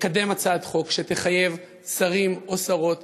לקדם הצעת חוק שתחייב שרים או שרות,